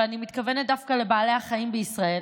ואני מתכוונת דווקא לבעלי החיים בישראל